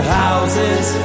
houses